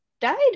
died